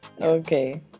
Okay